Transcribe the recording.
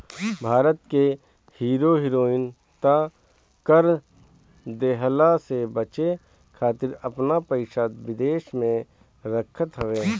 भारत के hero heroine त कर देहला से बचे खातिर आपन पइसा विदेश में रखत हवे